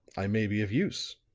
i may be of use.